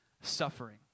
suffering